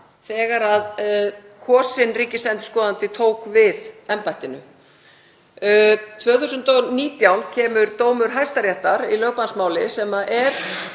þegar kosinn ríkisendurskoðandi tók við embættinu. Árið 2019 kom dómur Hæstaréttar í lögbannsmáli sem er